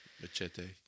Machete